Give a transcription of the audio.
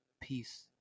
Peace